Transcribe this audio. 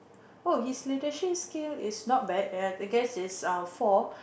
oh his leadership skill is not bad um I guess is um four